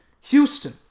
Houston